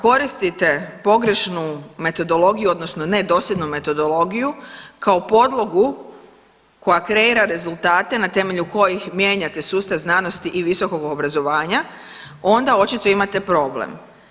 Ako koristite pogrešnu metodologiju odnosno ne dosljednu metodologiju kao podlogu koja kreira rezultate na temelju kojih mijenjate sustav znanosti i visokog obrazovanja onda očito imate problem.